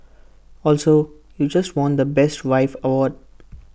also you just won the best wife award